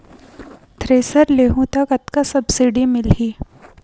Thresher लेहूं त कतका सब्सिडी मिलही?